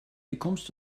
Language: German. bekommst